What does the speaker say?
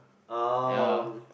oh